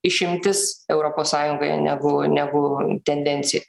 išimtis europos sąjungoje negu negu tendencija